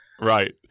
Right